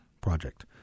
project